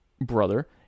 brother